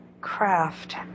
Craft